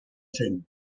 zen